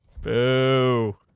Boo